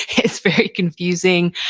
it's very confusing.